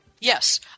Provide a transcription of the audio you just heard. Yes